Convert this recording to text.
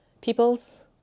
peoples